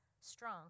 strong